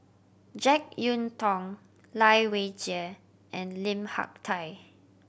Jek Yeun Thong Lai Weijie and Lim Hak Tai